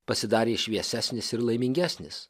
pasidarė šviesesnis ir laimingesnis